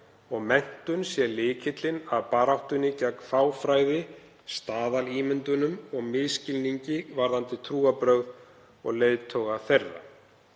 að menntun sé lykillinn að baráttunni gegn fáfræði, staðalímyndum og misskilningi varðandi trúarbrögð og leiðtoga þeirra.